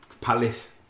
Palace